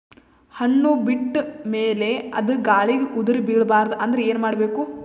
ಹಣ್ಣು ಬಿಟ್ಟ ಮೇಲೆ ಅದ ಗಾಳಿಗ ಉದರಿಬೀಳಬಾರದು ಅಂದ್ರ ಏನ ಮಾಡಬೇಕು?